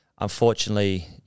unfortunately